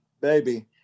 baby